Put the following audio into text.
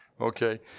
Okay